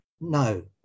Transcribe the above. no